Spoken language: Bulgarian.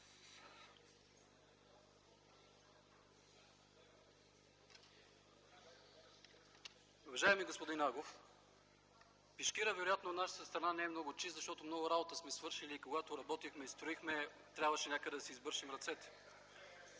Уважаеми господин Агов, пешкирът вероятно от нашата страна не е много чист, защото много работа сме свършили и, когато работихме и строихме, трябваше някъде да си избършем ръцете